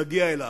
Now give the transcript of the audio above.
נגיע אליו.